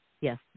yes